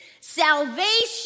Salvation